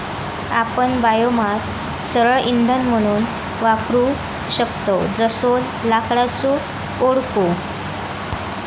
आपण बायोमास सरळ इंधन म्हणून वापरू शकतव जसो लाकडाचो ओंडको